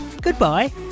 goodbye